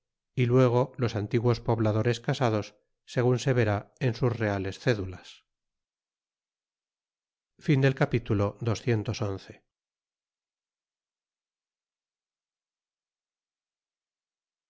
y luego los antiguos pobladores casados segun se verá en sus reales cédulas capitulo